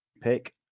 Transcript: Pick